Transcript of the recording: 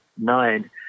nine